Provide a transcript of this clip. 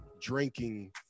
drinking